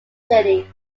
chile